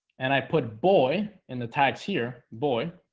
and i put boy in the tags here boy